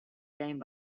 game